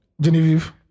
Genevieve